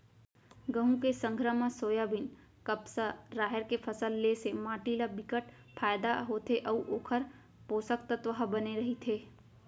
गहूँ के संघरा म सोयाबीन, कपसा, राहेर के फसल ले से माटी ल बिकट फायदा होथे अउ ओखर पोसक तत्व ह बने रहिथे